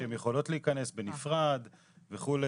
שהן יכולות להיכנס בנפרד וכו'.